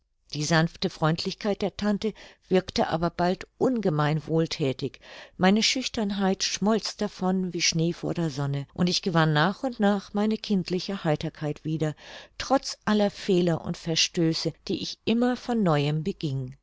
die sanfte freundlichkeit der tante wirkte aber bald ungemein wohlthätig meine schüchternheit schmolz davon wie schnee vor der sonne und ich gewann nach und nach meine kindliche heiterkeit wieder trotz aller fehler und verstöße die ich immer von neuem beging